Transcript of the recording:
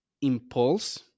impulse